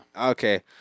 Okay